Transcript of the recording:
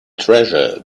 treasure